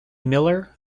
miller